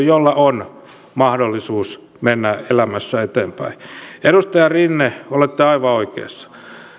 joilla on mahdollisuus mennä elämässä eteenpäin eivät radikalisoidu edustaja rinne olette aivan oikeassa